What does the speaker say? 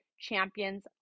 champions